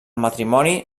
matrimoni